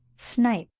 snipe,